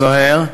זוהיר.